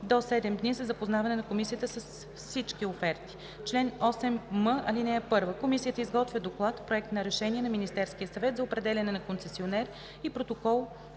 до 7 дни за запознаване на комисията с всички оферти. Чл. 8м. (1) Комисията изготвя доклад, проект на решение на Министерския съвет за определяне на концесионер и протокол